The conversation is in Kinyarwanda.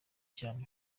cyane